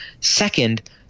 Second